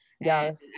Yes